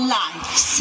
lives